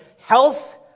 health